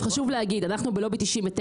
חשוב להגיד שאנחנו בלובי 99,